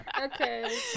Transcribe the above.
Okay